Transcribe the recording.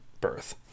birth